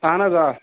اَہَن حظ آ